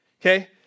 okay